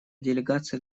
делегация